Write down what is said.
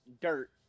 dirt